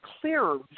clearer